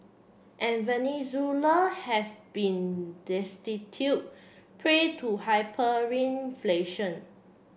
and Venezuela has been destitute prey to hyperinflation